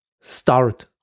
start